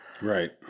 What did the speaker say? Right